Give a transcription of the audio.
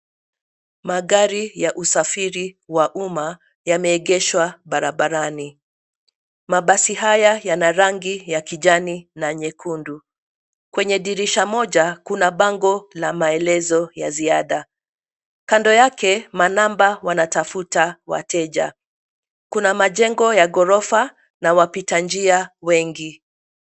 Magari ya usafiri wa umma yameegeshwa barabarani. Mabasi haya yana rangi ya kijani na nyekundu. Kwenye dirisha moja kuna bango la maelezo ya ziada. Kando yake manamba wanatafuta wateja. Kuna majengo ya ghorofa na wapita njia wengi.